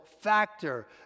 factor